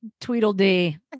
Tweedledee